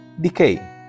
decay